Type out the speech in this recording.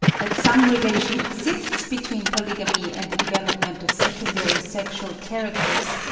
that some relation exists between polygamy and the development of secondary sexual characters,